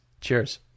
Cheers